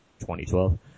2012